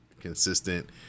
consistent